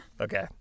okay